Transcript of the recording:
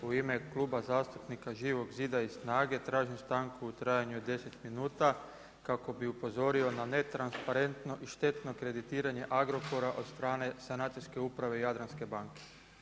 U ime Kluba zastupnika Živog zida i SNAGA-e tražim stanku u trajanju od 10 minuta kako bih upozorio na netransparentno i štetno kreditiranje Agrokora od strane sanacijske uprave Jadranske banke.